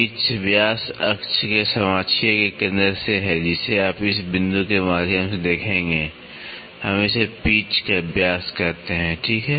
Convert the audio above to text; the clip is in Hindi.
पिच व्यास अक्ष के समाक्षीय के केंद्र से है जिसे आप इस बिंदु के माध्यम से देखेंगे हम इसे पिच व्यास कहते हैं ठीक है